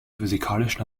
physikalischen